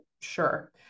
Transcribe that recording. sure